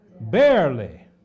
barely